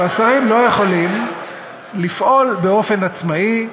והשרים לא יכולים לפעול באופן עצמאי,